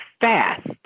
fast